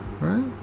right